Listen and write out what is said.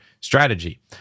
strategy